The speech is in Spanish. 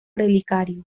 relicario